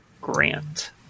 Grant